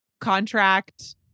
contract